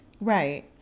Right